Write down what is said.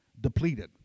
depleted